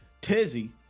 tizzy